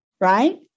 Right